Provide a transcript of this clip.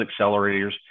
accelerators